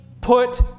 put